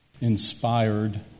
inspired